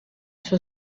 suo